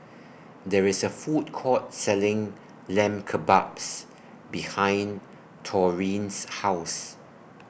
There IS A Food Court Selling Lamb Kebabs behind Taurean's House